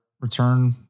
return